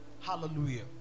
Hallelujah